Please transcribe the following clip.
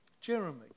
Jeremy